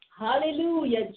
Hallelujah